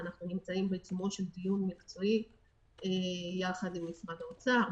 ואנחנו נמצאים בעיצומו של דיון מקצועי יחד עם משרד האוצר,